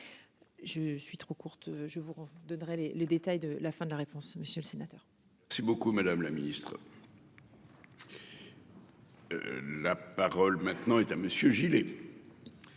Je suis trop courte. Je vous donnerai les, les détails de la fin de la réponse. Monsieur le sénateur. Si beaucoup Madame la Ministre.-- La parole maintenant est à monsieur Gillet.